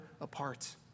apart